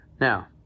Now